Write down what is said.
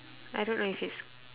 I don't know if it's